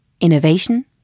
Innovation